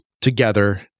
together